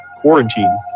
quarantine